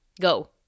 Go